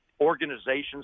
organizations